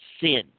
sin